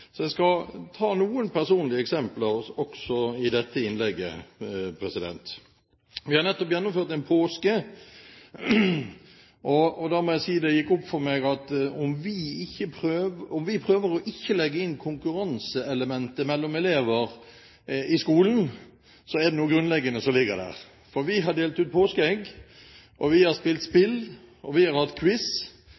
Jeg skal ta noen personlige eksempler også i dette innlegget. Vi har nettopp gått gjennom en påske, og da må jeg si at det gikk opp for meg at om vi prøver ikke å legge inn konkurranseelementet mellom elever i skolen, er det likevel noe grunnleggende som ligger der. For vi har delt ut påskeegg, vi har spilt spill, og vi har